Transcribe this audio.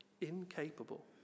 incapable